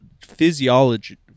physiology